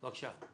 בבקשה.